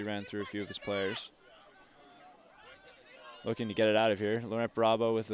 he ran through a few of those players looking to get out of here at bravo with